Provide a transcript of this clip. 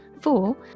Four